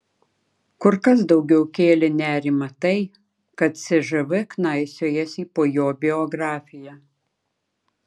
kur kas daugiau kėlė nerimą tai kad cžv knaisiojasi po jo biografiją